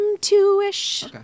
Two-ish